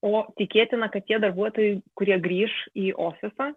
o tikėtina kad tie darbuotojai kurie grįš į ofisą